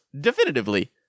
definitively